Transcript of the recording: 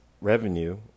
revenue